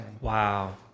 Wow